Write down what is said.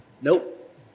Nope